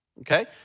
Okay